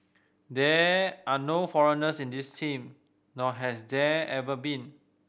there are no foreigners in this team nor has there ever been